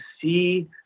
see